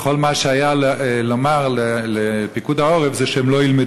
וכל מה שלפיקוד העורף היה לומר זה שהם לא ילמדו.